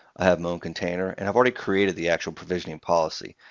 i have my own container. and i've already created the actual provisioning policy.